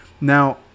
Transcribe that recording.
Now